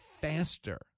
faster